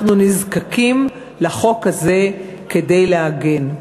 אנחנו נזקקים לחוק הזה, כדי להגן.